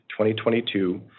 2022